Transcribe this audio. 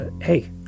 hey